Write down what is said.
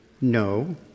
no